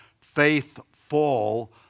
faithful